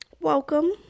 welcome